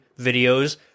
videos